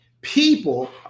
People